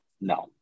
No